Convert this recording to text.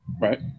Right